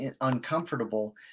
uncomfortable